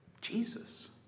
Jesus